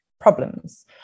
problems